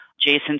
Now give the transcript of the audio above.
Jason